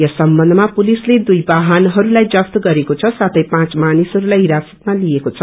यस सम्बन्धमा पुलिसले दुई बाहनहरूलाई जफ्त गरेको छ साथै पाँच मानिसहरूलाई हिरासतमा लिएको छ